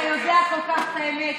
אתה יודע כל כך את האמת,